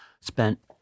spent